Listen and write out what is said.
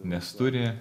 nes turi